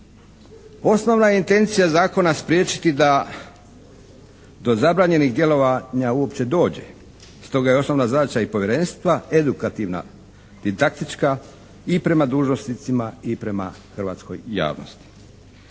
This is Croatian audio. Osnovna je intencija zakona spriječiti da do zabranjenih djelovanja uopće dođe. Stoga je osnovna zadaća Povjerenstva edukativna i taktička i prema dužnosnicima i prema hrvatskoj javnosti.